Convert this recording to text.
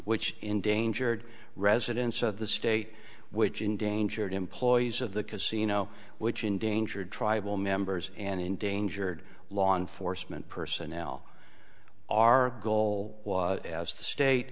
which endangered residents of the state which endangered employees of the casino which endangered tribal members and endangered law enforcement personnel our goal as the state